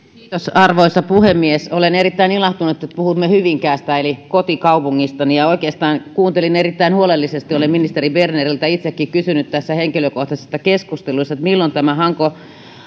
arvoisa puhemies olen erittäin ilahtunut että puhumme hyvinkäästä eli kotikaupungistani kuuntelin erittäin huolellisesti olen ministeri berneriltä itsekin kysynyt henkilökohtaisissa keskusteluissa milloin tämä hanko